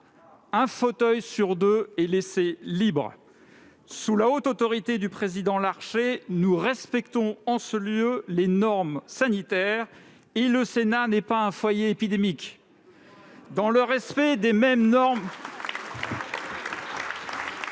un fauteuil sur deux est libre. Ah ! Sous la haute autorité du président Larcher, nous respectons en ce lieu les normes sanitaires, et le Sénat n'est pas un foyer épidémique. Dans le respect des mêmes normes sanitaires,